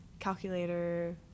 calculator